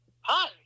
hi